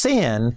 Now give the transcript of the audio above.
Sin